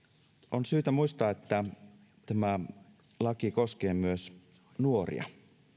on syytä muistaa että tämä laki koskee myös nuoria